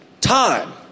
Time